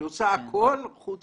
היא עושה הכול חוץ